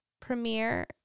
premiere